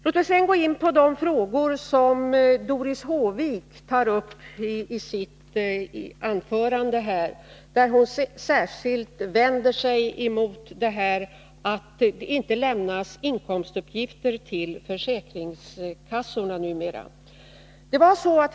Låt mig sedan gå in på de frågor som Doris Håvik tog upp i sitt anförande. Hon vände sig särskilt mot att försäkringskassorna numera inte lämnar inkomstuppgifter.